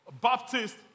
Baptist